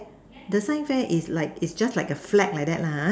the sigh fair is is just like the flag lah